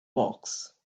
box